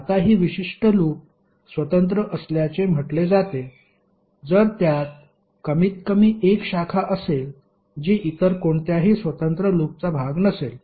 आता ही विशिष्ट लूप स्वतंत्र असल्याचे म्हटले जाते जर त्यात कमीतकमी एक शाखा असेल जी इतर कोणत्याही स्वतंत्र लूपचा भाग नसेल